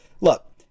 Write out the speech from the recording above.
look